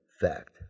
fact